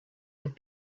have